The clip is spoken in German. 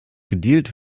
gedealt